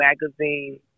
magazine